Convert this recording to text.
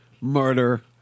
murder